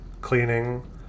cleaning